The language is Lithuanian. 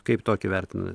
kaip tokį vertinant